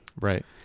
Right